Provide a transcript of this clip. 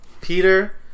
Peter